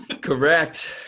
correct